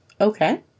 Okay